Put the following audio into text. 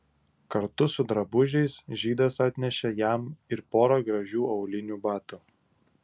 kartu su drabužiais žydas atnešė jam ir porą gražių aulinių batų